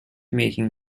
making